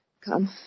Come